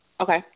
Okay